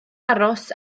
aros